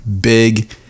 Big